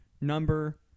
number